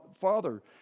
Father